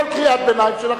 כל קריאת ביניים שלך,